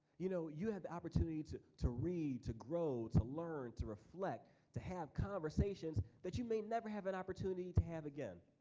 you know you have the opportunity to to read, to grow, to learn, to reflect, to have conversations that you may never have an opportunity to have again.